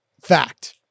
fact